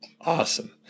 Awesome